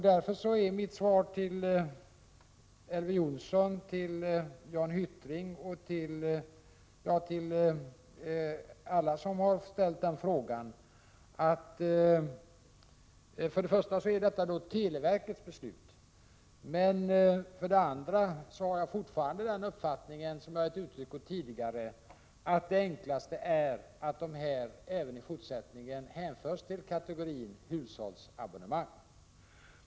Därför är mitt svar till Elver Jonsson, Jan Hyttring och alla som har ställt den här frågan, att för det första är detta televerkets beslut och för det andra har jag fortfarande den uppfattning som jag har gett uttryck åt tidigare, nämligen att det enklaste är att även i fortsättningen hänföra de ideella föreningarnas abonnemang till kategorin hushållsabonnemang.